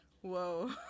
whoa